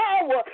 power